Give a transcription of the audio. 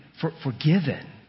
forgiven